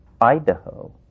Idaho